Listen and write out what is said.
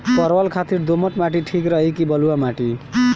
परवल खातिर दोमट माटी ठीक रही कि बलुआ माटी?